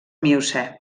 miocè